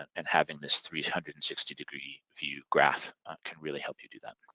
and having this three hundred and sixty degree view graph can really help you do that.